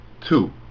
Two